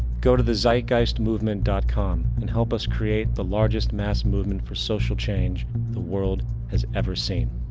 go to the thezeitgeistmovement dot com and help us create the largest mass movement for social change the world has ever seen.